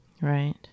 Right